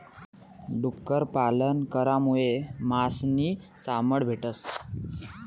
डुक्कर पालन करामुये मास नी चामड भेटस